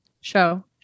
Show